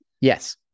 Yes